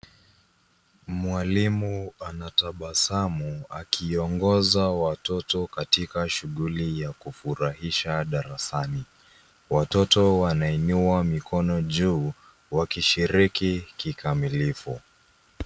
Mwalimu anatabasamu akiongoza watoto katika shughuli ya kufurahisha darasani. Watoto wanainua mikono juu wakishiriki kikamilifu.